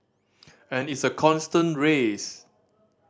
and it's a constant race